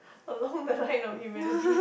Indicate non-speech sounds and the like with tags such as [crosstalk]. along the line of humanity [laughs]